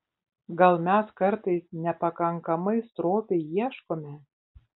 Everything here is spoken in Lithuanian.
gal mes kartais nepakankamai stropiai ieškome